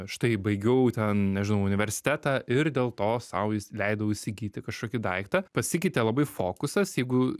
štai baigiau ten nežinau universitetą ir dėl to sau jis leidau įsigyti kažkokį daiktą pasikeitė labai fokusas jeigu